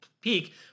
peak